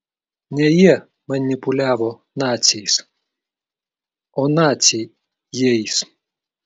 ne jie manipuliavo naciais o naciai jais